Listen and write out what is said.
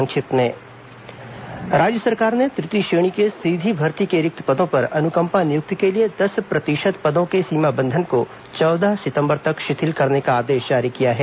संक्षिप्त समाचार राज्य सरकार ने तृतीय श्रेणी के सीधी भर्ती के रिक्त पदों पर अनुकंपा नियुक्ति के लिए दस प्रतिशत पदों के सीमा बंधन को चौदह सितंबर तक शिथिल करने का आदेश जारी किया है